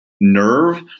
nerve